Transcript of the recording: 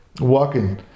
walking